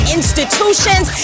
institutions